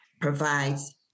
provides